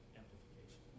amplification